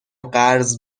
قرض